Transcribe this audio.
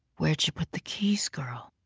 where'd you put the keys, girl?